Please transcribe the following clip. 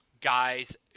guys